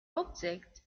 object